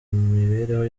mibereho